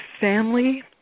family